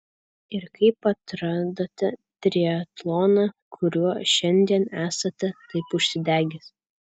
ir kaip atradote triatloną kuriuo šiandien esate taip užsidegęs